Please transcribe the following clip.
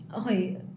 okay